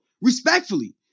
Respectfully